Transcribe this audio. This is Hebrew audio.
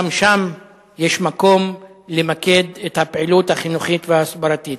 וגם שם יש מקום למקד את הפעילות החינוכית וההסברתית.